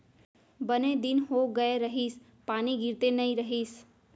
बने दिन हो गए रहिस, पानी गिरते नइ रहिस